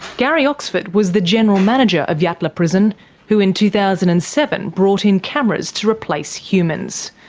gary oxford was the general manager of yatala prison who in two thousand and seven brought in cameras to replace humans.